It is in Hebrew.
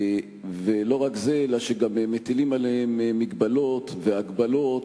ולא רק זה, אלא שגם מטילים עליהם מגבלות והגבלות,